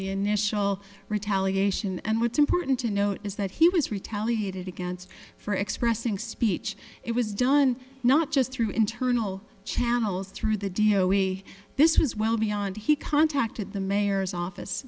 the initial retaliation and what's important to note is that he was retaliated against for expressing speech it was done not just through internal channels through the d o a this was well beyond he contacted the mayor's office